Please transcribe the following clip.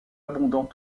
abondant